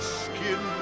skin